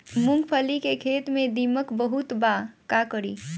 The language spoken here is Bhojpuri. मूंगफली के खेत में दीमक बहुत बा का करी?